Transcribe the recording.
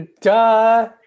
duh